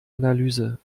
analyse